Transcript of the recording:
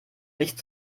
nicht